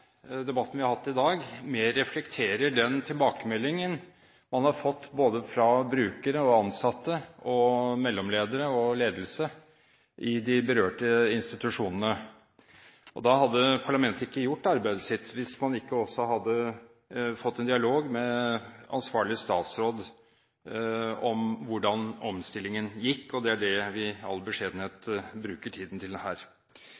debatten vi har hatt i dag, mer reflekterer den tilbakemeldingen man har fått fra både brukere og ansatte og mellomledere og ledelse i de berørte institusjonene. Parlamentet hadde ikke gjort arbeidet sitt hvis man ikke også hadde fått en dialog med ansvarlig statsråd om hvordan omstillingen gikk, og det er det vi i all beskjedenhet bruker tiden til her.